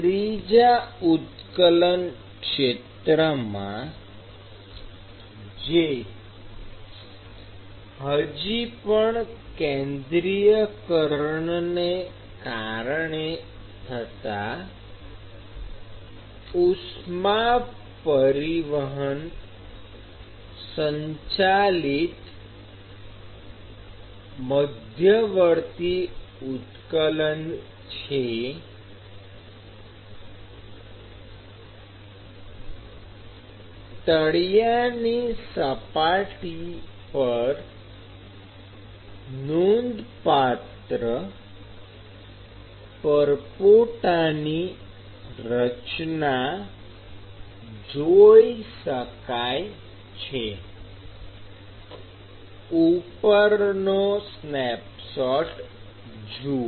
ત્રીજા ઉત્કલન ક્ષેત્રમાં જે હજી પણ કેન્દ્રિયકરણ ને કારણે થતાં ઉષ્મા પરિવહન સંચાલિત મધ્યવર્તી ઉત્કલન છે તળિયાની સપાટી પર નોંધપાત્ર પરપોટાની રચના જોઇ શકાય છે ઉપરનો સ્નેપશોટ જુઓ